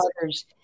others